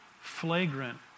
flagrant